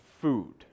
food